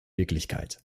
wirklichkeit